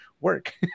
work